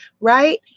right